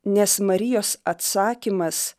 nes marijos atsakymas